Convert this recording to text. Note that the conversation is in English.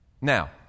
Now